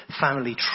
family